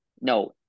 No